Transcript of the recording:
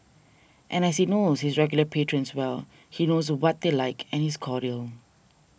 and as he knows his regular patrons well he knows what they like and is cordial